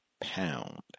pound